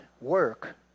work